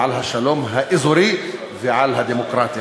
לשלום האזורי ולדמוקרטיה.